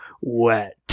wet